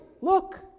Look